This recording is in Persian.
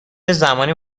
زمانی